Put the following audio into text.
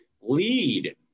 lead